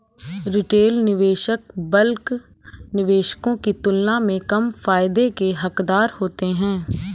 retail निवेशक bulk निवेशकों की तुलना में कम फायदे के हक़दार होते हैं